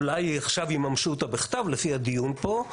אולי עכשיו יממשו אותה בכתב לפי הדיון פה,